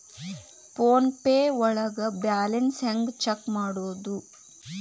Phone pay ಒಳಗ balance ಹೆಂಗ್ check ಮಾಡುವುದು?